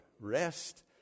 rest